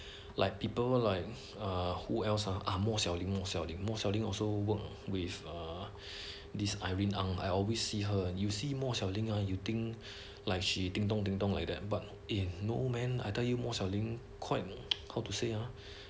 like people like err who else ah ah 莫小玲莫小玲莫小玲 also work with err this irene ang I always see her you see 莫小玲 ah you think like she 叮咚叮咚 like that but eh no man I tell you 莫小玲 quite how to say ah